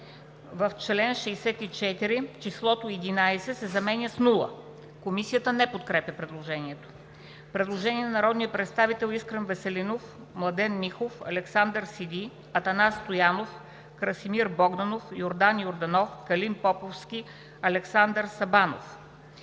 „В чл. 64 числото „11“ се заменя с „0“. Комисията не подкрепя предложението. Предложение от народните представители Искрен Веселинов, Младен Михов, Александър Сиди, Атанас Стоянов, Красимир Богданов, Йордан Йорданов, Калин Поповски, Александър Сабанов: